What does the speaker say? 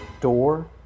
door